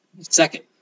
Second